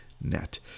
net